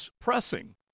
pressing